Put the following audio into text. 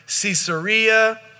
Caesarea